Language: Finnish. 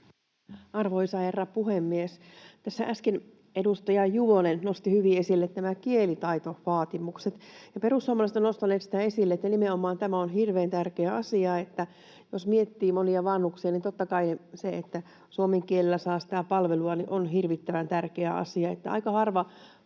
Arvoisa herra puhemies! Tässä äsken edustaja Juvonen nosti hyvin esille kielitaitovaatimukset, ja perussuomalaiset ovat nostaneet esille, että nimenomaan tämä on hirveän tärkeä asia. Jos miettii monia vanhuksia, niin totta kai se, että suomen kielellä saa palvelua, on hirvittävän tärkeä asia.